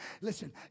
Listen